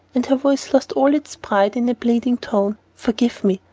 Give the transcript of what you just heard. and her voice lost all its pride in a pleading tone. forgive me,